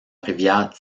rivière